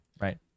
Right